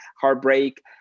heartbreak